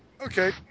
Okay